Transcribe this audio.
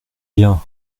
bien